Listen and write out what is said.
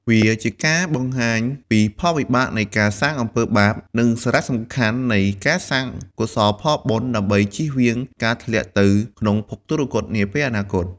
វាជាការបង្ហាញពីផលវិបាកនៃការសាងអំពើបាប និងសារៈសំខាន់នៃការសាងកុសលផលបុណ្យ ដើម្បីជៀសវាងការធ្លាក់ទៅក្នុងភពទុគ៌តនាពេលអនាគត។